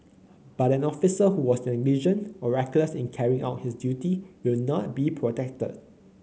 but an officer who was negligent or reckless in carrying out his duty will not be protected